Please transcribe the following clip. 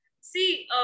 See